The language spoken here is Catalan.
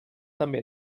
també